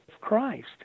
Christ